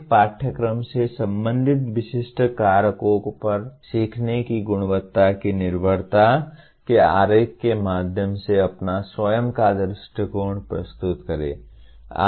एक पाठ्यक्रम से संबंधित विशिष्ट कारकों पर सीखने की गुणवत्ता की निर्भरता के आरेख के माध्यम से अपना स्वयं का दृष्टिकोण प्रस्तुत करें